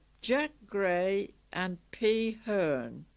jack gray and p hearn